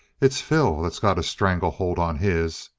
it's phil that's got a strangle hold on his.